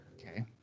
Okay